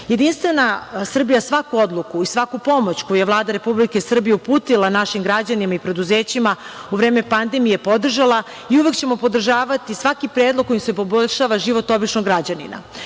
zemlju. Jedinstvena Srbija svaku odluku i svaku pomoć koju je Vlada Republike Srbije uputila našim građanima i preduzećima u vreme pandemije podržala i uvek ćemo podržavati svaki predlog kojim se poboljšava život običnog građanina.